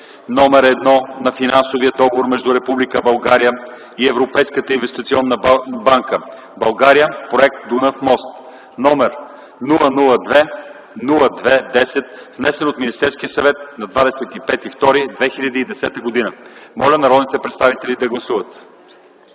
№ 1 на Финансовия договор между Република България и Европейската инвестиционна банка „България – проект Дунав мост”, № 002-02-10, внесен от Министерския съвет на 25 февруари 2010 г. Моля народните представители да гласуват.